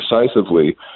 decisively